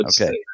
Okay